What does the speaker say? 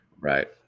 Right